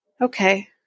Okay